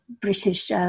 British